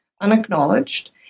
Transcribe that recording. unacknowledged